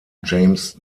james